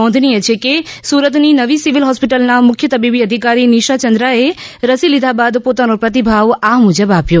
નોધનીય છે કે સુરતની નવી સિવિલ હોસ્પિટલના મુખ્ય તબીબી અધિકારી નિશા ચંદ્રાએ રસી લીધા બાદ પોતોના પ્રતિભાવ આ મુજબ આપ્યો